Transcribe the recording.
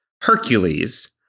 Hercules